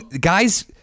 guys